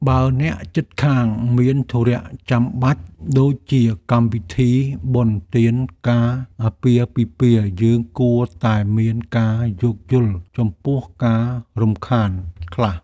បើអ្នកជិតខាងមានធុរៈចាំបាច់ដូចជាកម្មវិធីបុណ្យទានការអាពាហ៍ពិពាហ៍យើងគួរតែមានការយោគយល់ចំពោះការរំខានខ្លះ។